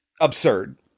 absurd